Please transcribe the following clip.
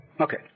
Okay